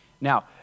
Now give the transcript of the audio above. Now